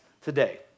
today